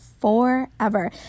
forever